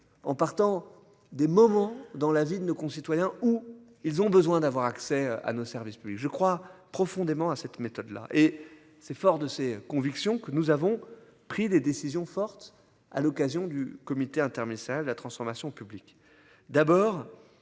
en partant des moments dans la vie de nos concitoyens où ils ont besoin d'avoir accès à nos services publics. Je crois profondément à cette méthode là et c'est fort de ses convictions que nous avons pris des décisions fortes à l'occasion du comité inter-. La transformation publique